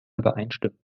übereinstimmen